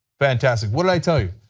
fantastic, what did i take you?